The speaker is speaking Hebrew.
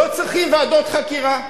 לא צריכים ועדות חקירה.